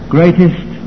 Greatest